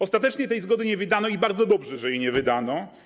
Ostatecznie tej zgody nie wydano i bardzo dobrze, że jej nie wydano.